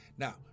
Now